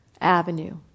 avenue